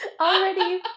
Already